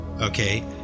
okay